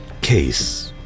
case